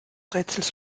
rätsels